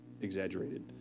exaggerated